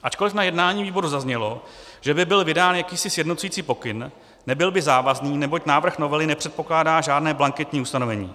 Ačkoliv na jednání výboru zaznělo, že by byl vydán jakýsi sjednocující pokyn, nebyl by závazný, neboť návrh novely nepředpokládá žádné blanketní ustanovení.